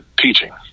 teaching